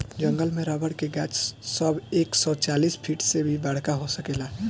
जंगल में रबर के गाछ सब एक सौ चालीस फिट से भी बड़का हो सकेला